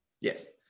Yes